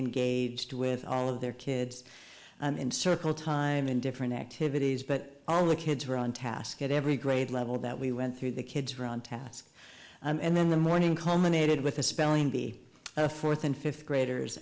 engaged with all of their kids in circle time in different activities but all the kids were on task at every grade level that we went through the kids were on task and then the morning culminated with a spelling bee the fourth and fifth graders